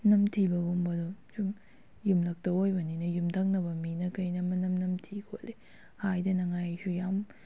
ꯅꯝꯊꯤꯕꯒꯨꯝꯕꯗꯣ ꯁꯨꯝ ꯌꯨꯝꯂꯛꯇ ꯑꯣꯏꯕꯅꯤꯅ ꯌꯨꯝꯊꯪꯅꯕ ꯃꯤꯅ ꯀꯩꯅ ꯃꯅꯝ ꯅꯝꯊꯤ ꯈꯣꯠꯂꯦ ꯍꯥꯏꯗꯅꯤꯡꯉꯥꯏꯒꯤꯁꯨ ꯌꯥꯝ